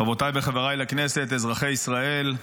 חברותיי וחבריי לכנסת, אזרחי ישראל,